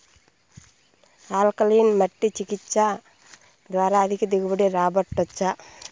alkaline మట్టి చికిత్స ద్వారా అధిక దిగుబడి రాబట్టొచ్చా